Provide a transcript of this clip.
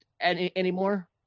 anymore